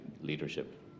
leadership